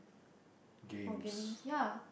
for gamings yeah